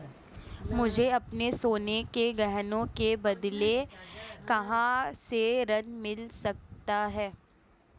मुझे अपने सोने के गहनों के बदले कहां से ऋण मिल सकता है?